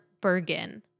Bergen